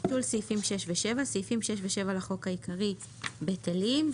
ביטול סעיפים7.סעיפים 6 ו-7 לחוק העיקרי בטלים.